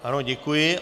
Ano, děkuji.